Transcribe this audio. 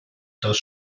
dass